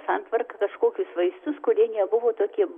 santvarka kažkokius vaistus kurie nebuvo tokie